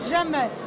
Jamais